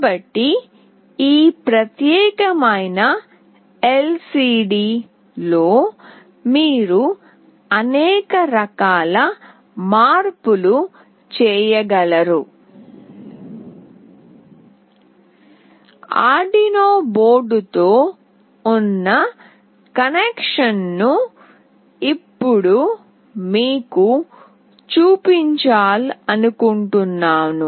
కాబట్టి ఈ ప్రత్యేకమైన ఎల్సిడి లో మీరు అనేక రకాల మార్పులు చేయగలరు ఆర్డునో బోర్డుతో ఉన్న కనెక్షన్ను ఇప్పుడు మీకు చూపించాలనుకుంటున్నాను